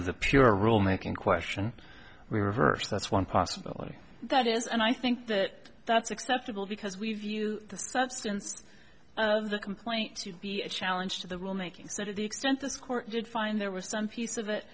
to the pure rule making question reverse that's one possibility that is and i think that that's acceptable because we view the substance of the complaint to be a challenge to the rule making so to the extent this court did find there was some piece of it